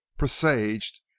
presaged